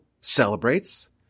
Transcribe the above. celebrates